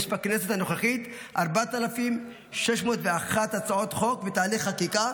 יש בכנסת הנוכחית 4,601 הצעות חוק בתהליך חקיקה,